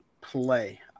play